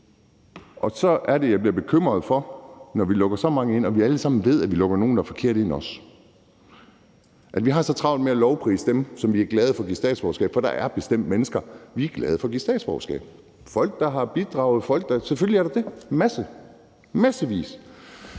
Så er det, jeg bliver bekymret, når vi lukker så mange ind og vi alle sammen ved, at vi også lukker nogle, der er forkerte, ind. Vi har så travlt med at lovprise dem, vi er glade for at give statsborgerskab. For der er bestemt mennesker, vi er glade for at give statsborgerskab. Det er folk, der har bidraget. Selvfølgelig er der det. Der er massevis.